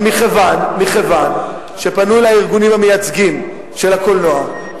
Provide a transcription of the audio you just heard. אבל מכיוון שפנו אלי הארגונים המייצגים של הקולנוע,